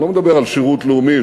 אני לא מדבר על שירות לאומי,